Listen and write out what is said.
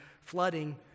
flooding